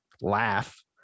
laugh